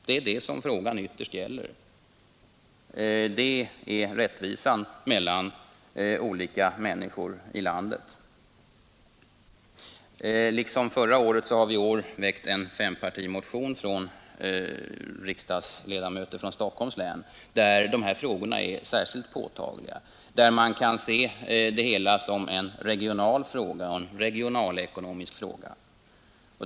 Det är detta frågan ytterst gäller, rättvisan mellan olika människor i landet. Liksom förra året har det i år väckts en fempartimotion av ledamöter från Stockholms län, där de här frågorna är särskilt påtagliga och där man kan se det hela som en regional och regionalekonomisk fråga.